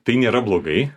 tai nėra blogai